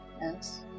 Yes